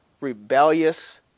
rebellious